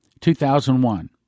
2001